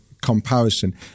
comparison